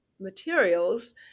materials